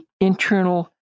internal